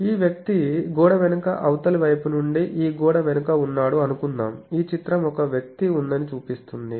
ఈ వ్యక్తి గోడ వెనుక అవతలి వైపు నుండి ఈ గోడ వెనుక ఉన్నాడు అనుకుందాం ఈ చిత్రం ఒక వ్యక్తి ఉందని చూపిస్తుంది